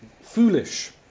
foolish